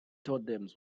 totems